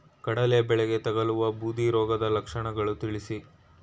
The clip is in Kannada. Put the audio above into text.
ಕಡಲೆ ಬೆಳೆಗೆ ತಗಲುವ ಬೂದಿ ರೋಗದ ಲಕ್ಷಣಗಳನ್ನು ತಿಳಿಸಿ?